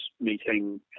meeting